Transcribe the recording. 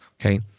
okay